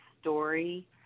story